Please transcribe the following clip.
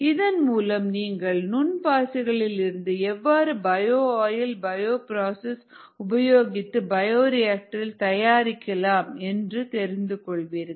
இதன் மூலம் நீங்கள் நுண் பாசிகளில் இருந்து எவ்வாறு பயோ ஆயில் பயோப்ராசஸ் உபயோகித்து பயோரியாக்டர் இல் தயாரிக்கலாம் என்று தெரிந்து கொள்வீர்கள்